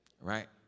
Right